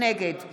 נגד